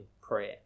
prayer